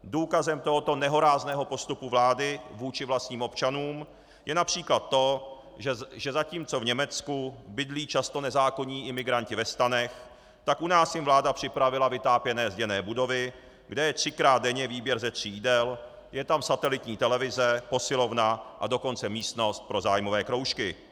Důkazem tohoto nehorázného postupu vlády vůči vlastním občanům je například to, že zatím co v Německu bydlí často nezákonní imigranti ve stanech, tak u nás jim vláda připravila vytápěné zděné budovy, kde je třikrát denně výběr ze tří jídel, je tam satelitní televize, posilovna a dokonce místnost pro zájmové kroužky.